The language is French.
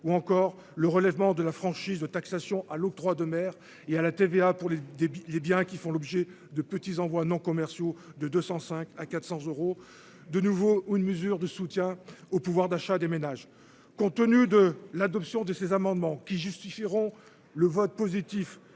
ou encore le relèvement de la franchise de taxation à l'octroi de mer et à la TVA pour les des bien, qui font l'objet de petits envois non commerciaux de 205 à 400 euros de nouveau une mesure de soutien au pouvoir d'achat des ménages, compte tenu de l'adoption de ces amendements qui justifieront le vote positif